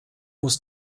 muss